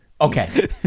Okay